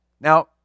Now